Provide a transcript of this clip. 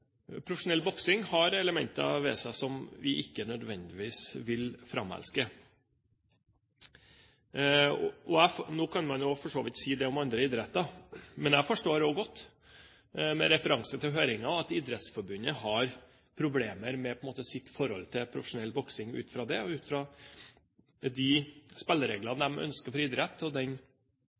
om andre idretter også, men jeg forstår godt – med referanse til høringen – at Idrettsforbundet har problemer med sitt forhold til profesjonell boksing ut fra det, og ut fra de spillereglene de ønsker for idrett, og